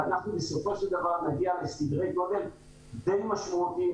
ואנחנו בסופו של דבר נגיע לסדרי גודל די משמעותיים,